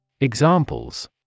Examples